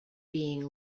being